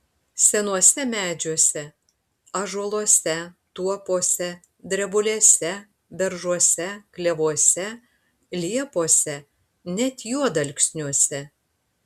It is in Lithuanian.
senuose medžiuose ąžuoluose tuopose drebulėse beržuose klevuose liepose net juodalksniuose